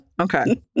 Okay